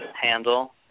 handle